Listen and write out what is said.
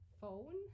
phone